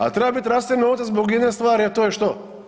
A treba biti transfer novca zbog jedne stvari, a to je što?